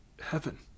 heaven